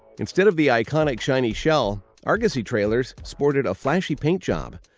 instead of the iconic shiny shell, argosy trailers sported a flashy paint job.